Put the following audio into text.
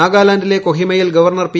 നാഗാലാൻഡിലെ കൊഹിമയിൽ governor P